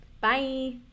Bye